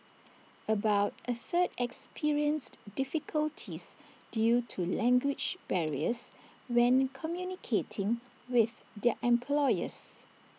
about A third experienced difficulties due to language barriers when communicating with their employers